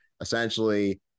essentially